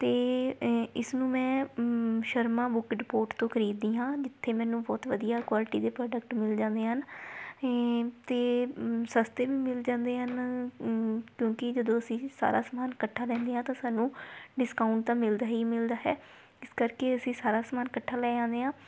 ਅਤੇ ਇਸ ਨੂੰ ਮੈਂ ਸ਼ਰਮਾ ਬੁੱਕ ਡਿਪੋਟ ਤੋਂ ਖਰੀਦਦੀ ਹਾਂ ਜਿੱਥੇ ਮੈਨੂੰ ਬਹੁਤ ਵਧੀਆ ਕੁਆਲਿਟੀ ਦੇ ਪ੍ਰੋਡਕਟ ਮਿਲ ਜਾਂਦੇ ਹਨ ਏਮ ਅਤੇ ਸਸਤੇ ਵੀ ਮਿਲ ਜਾਂਦੇ ਹਨ ਕਿਉਂਕਿ ਜਦੋਂ ਅਸੀਂ ਸਾਰਾ ਸਮਾਨ ਇਕੱਠਾ ਲੈਂਦੇ ਹਾਂ ਤਾਂ ਸਾਨੂੰ ਡਿਸਕਾਊਂਟ ਤਾਂ ਮਿਲਦਾ ਹੀ ਮਿਲਦਾ ਹੈ ਇਸ ਕਰਕੇ ਅਸੀਂ ਸਾਰਾ ਸਮਾਨ ਇਕੱਠਾ ਲੈ ਆਉਂਦੇ ਹਾਂ